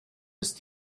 ist